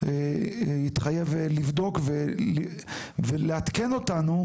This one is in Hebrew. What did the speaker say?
התחייב לבדוק ולעדכן אותנו,